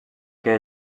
que